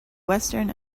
western